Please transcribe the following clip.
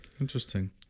Interesting